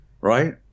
right